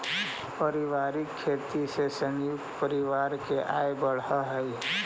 पारिवारिक खेती से संयुक्त परिवार के आय बढ़ऽ हई